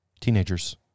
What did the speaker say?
teenagers